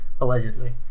allegedly